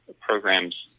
programs